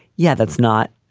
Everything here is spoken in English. yeah, that's not.